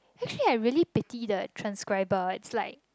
actually I really pity the transcriber it's like